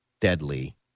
deadly